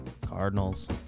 Cardinals